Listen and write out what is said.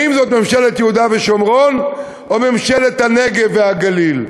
האם זאת ממשלת יהודה ושומרון או ממשלת הנגב והגליל?